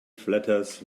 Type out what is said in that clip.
flatters